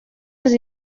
els